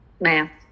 Math